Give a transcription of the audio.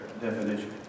definition